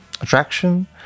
attraction